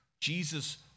Jesus